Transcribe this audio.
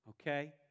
Okay